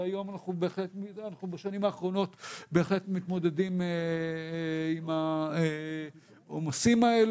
ובשנים האחרונות אנחנו בהחלט מתמודדים עם העומסים האלה.